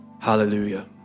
Hallelujah